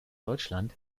deutschland